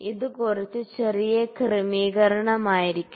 ഇത് കുറച്ച് ചെറിയ ക്രമീകരണം ആയിരിക്കണം